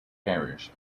parish